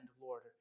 Lord